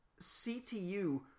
CTU